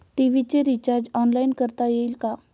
TV चे recharge online करता येईल का?